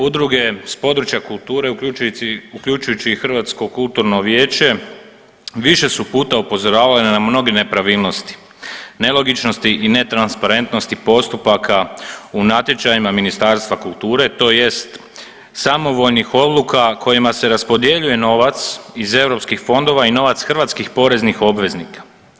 Udruge s područja kulture, uključujući i Hrvatsko kulturno vijeće više su puta upozoravali na mnoge nepravilnosti, nelogičnosti i netransparentnosti postupaka u natječajima Ministarstva kulture tj. samovoljnih odluka kojima se raspodjeljuje novac iz EU fondova i novac hrvatskih poreznih obveznika.